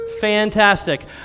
Fantastic